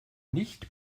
nicht